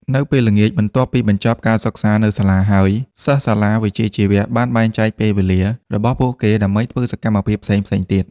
នៅពេលល្ងាច បន្ទាប់ពីបញ្ចប់ការសិក្សានៅសាលាហើយ សិស្សសាលាវិជ្ជាជីវៈបានបែងចែកពេលវេលារបស់ពួកគេដើម្បីធ្វើសកម្មភាពផ្សេងៗទៀត។